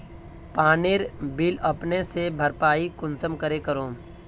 पानीर बिल अपने से भरपाई कुंसम करे करूम?